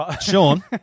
Sean